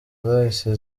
zahise